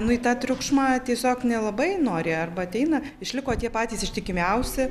nu į tą triukšmą tiesiog nelabai nori arba ateina išliko tie patys ištikimiausi